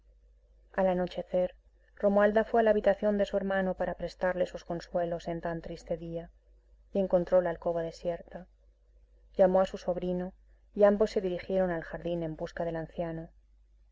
al anochecer romualda fue a la habitación de su hermano para prestarle sus consuelos en tan triste día y encontró la alcoba desierta llamó a su sobrino y ambos se dirigieron al jardín en busca del anciano